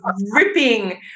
ripping